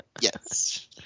Yes